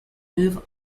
move